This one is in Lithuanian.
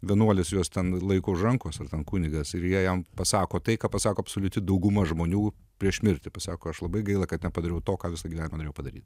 vienuolis juos ten laiko už rankos ar ten kunigas ir jie jam pasako tai ką pasako absoliuti dauguma žmonių prieš mirtį pasako aš labai gaila kad nepadariau to ką visą gyvenimą norėjau padaryt